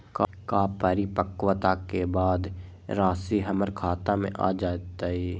का परिपक्वता के बाद राशि हमर खाता में आ जतई?